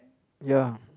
ya